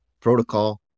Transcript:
protocol